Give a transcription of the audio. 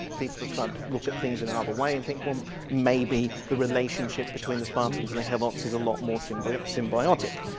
people have started to look at things in another way and think well maybe the relationship between the spartans and the helots is a lot more symbiotic.